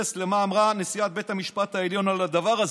אתייחס למה אמרה נשיאת בית המשפט העליון על הדבר הזה.